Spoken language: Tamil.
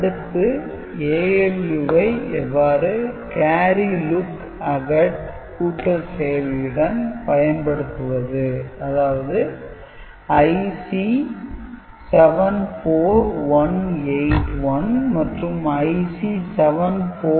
அடுத்து ALU ஐ எவ்வாறு கேரி "look ahead" கூட்டல் செயலியுடன் பயன்படுத்துவது அதாவது IC 74181 மற்றும் IC 74182